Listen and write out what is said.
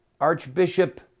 Archbishop